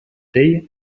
day